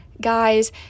guys